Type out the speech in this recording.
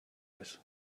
voice